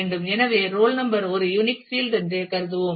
எனவே roll number ஒரு unique field என்று கருதுகிறோம்